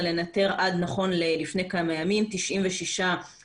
לנטר עד נכון לפני כמה ימים 96 מבנים.